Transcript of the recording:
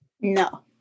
No